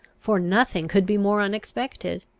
for nothing could be more unexpected.